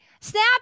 snap